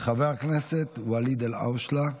חבר הכנסת ואליד אלהואשלה.